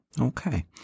Okay